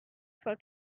for